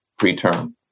preterm